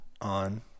on